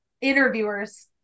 interviewers